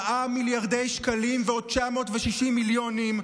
4 מיליארדי שקל ועוד 960 מיליונים,